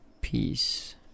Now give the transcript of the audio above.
peace